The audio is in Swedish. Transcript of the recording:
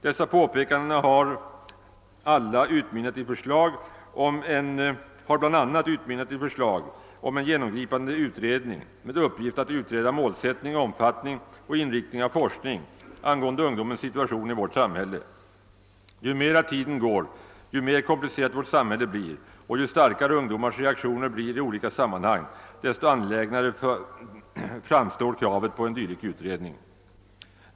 Dessa påpekanden har bl.a. utmynnat i förslag om en genomgripande utredning med uppgift att utreda målsättning, omfattning och inriktning av en forskning angående ungdomens situation i vårt samhälle. Ju mera tiden går, ju mer komplicerat vårt samhälle blir och ju starkare ungdomars reaktioner blir i olika sammanhang, desto angelägnare framstår kravet på en dylik utredning.